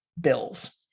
Bills